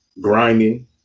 Grinding